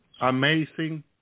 amazing